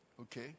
Okay